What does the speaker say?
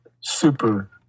super